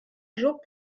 jour